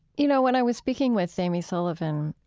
you know, when i was speaking with amy sullivan,